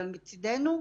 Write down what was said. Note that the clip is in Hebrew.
אבל מצדנו,